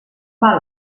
van